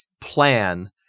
plan